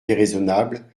déraisonnable